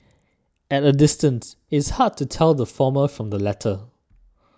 at a distance it's hard to tell the former from the latter